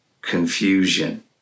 confusion